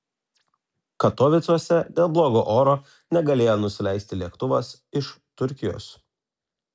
katovicuose dėl blogo oro negalėjo nusileisti lėktuvas iš turkijos